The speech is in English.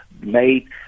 made